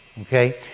okay